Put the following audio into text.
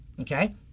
okay